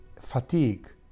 fatigue